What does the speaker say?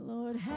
Lord